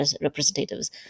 representatives